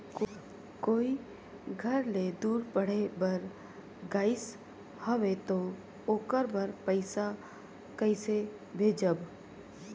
कोई घर ले दूर पढ़े बर गाईस हवे तो ओकर बर पइसा कइसे भेजब?